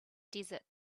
desert